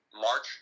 March